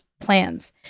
plans